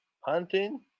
hunting